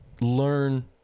learn